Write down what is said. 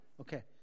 Okay